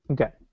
Okay